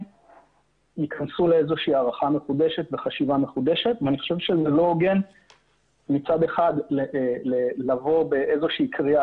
ייכנסו לחשיבה ולהערכה מחודשת וזה לא הוגן מצד אחד לצאת בקריאה